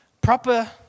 Proper